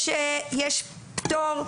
וחיישן האמוניה צפצף כמעט בכל הספינות של הבקר.